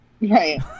Right